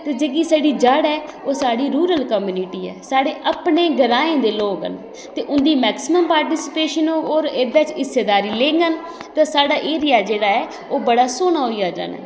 ते जेह्की साढ़ी जड़ ऐ ओह् साढ़ी रूरल कम्युनिटी ऐ साढ़े अपने ग्रांएं दे लोक न ते उं'दी मैक्सिमम पार्टिस्पेशन होग होर एह्दे च हिस्सेदारी लैङन ते साढ़ा एरिया जेह्ड़ा ऐ ओह् बड़ा सोह्ना होई जाना ऐ